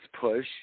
push